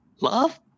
love